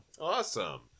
awesome